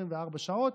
ב-24 שעות,